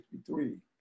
1963